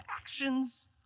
actions